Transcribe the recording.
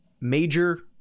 major